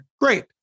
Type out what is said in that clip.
Great